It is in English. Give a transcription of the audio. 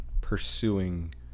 pursuing